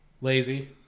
Lazy